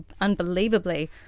unbelievably